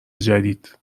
جدید